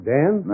Dan